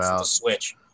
switch